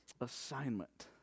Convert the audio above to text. Assignment